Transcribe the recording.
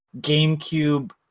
GameCube